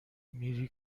میری